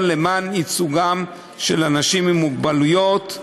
למען ייצוגם של אנשים עם מוגבלויות.